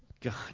God